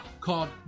called